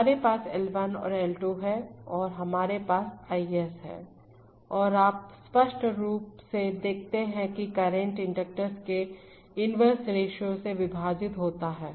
हमारे पास L1 और L2 है और हमारे पास Is है और आप स्पष्ट रूप से देखते हैं कि करंट इंडक्टर्स के इनवर्स रेश्यो से विभाजित होता है